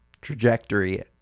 trajectory